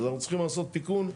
אז אנחנו צריכים לעשות תיקון,